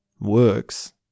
works